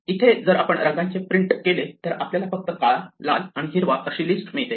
इथे जर आपण रंगांचे नावे प्रिंट केले तर आपल्याला फक्त काळा लाल आणि हिरवा अशी लिस्ट मिळते